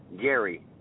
Gary